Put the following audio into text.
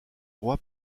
roi